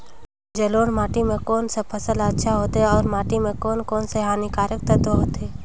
जलोढ़ माटी मां कोन सा फसल ह अच्छा होथे अउर माटी म कोन कोन स हानिकारक तत्व होथे?